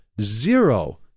zero